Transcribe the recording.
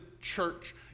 church